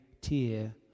tear